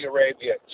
Arabia